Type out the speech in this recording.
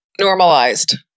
normalized